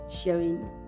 sharing